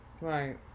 Right